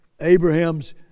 Abraham's